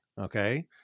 Okay